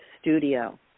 studio